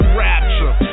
rapture